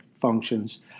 functions